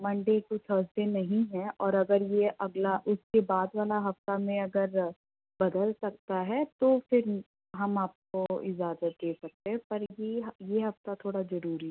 Monday to Thursday नहीं है और अगर ये अगला उसके बाद वाला हफ़्ता में अगर बदल सकता है तो फिर हम आपको इज़ाजत दे सकते हैं पर ये ये हफ़्ता थोड़ा ज़रूरी है